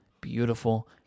beautiful